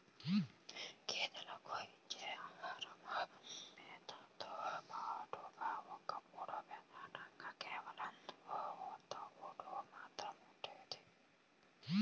గేదెలకు ఇచ్చే ఆహారంలో మేతతో పాటుగా ఒకప్పుడు ప్రధానంగా కేవలం తవుడు మాత్రమే ఉండేది